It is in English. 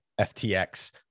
FTX